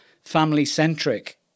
family-centric